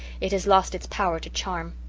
it has lost its power to charm.